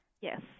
Yes